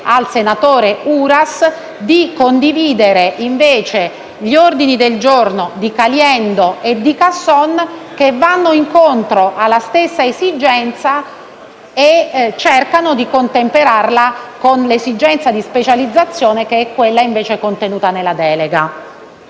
al senatore Uras di condividere invece gli ordini del giorno G2.101 (testo 3) e G2.103 (testo 2), che vanno incontro alla stessa esigenza e cercano di contemperarla con l'esigenza di specializzazione, che è quella contenuta nella delega.